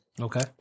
Okay